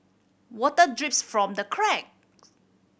water drips from the crack